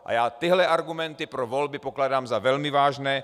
A já tyhle argumenty pro volby pokládám za velmi vážné.